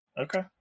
Okay